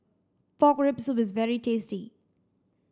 pork rib soup is very tasty